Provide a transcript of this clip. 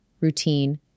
routine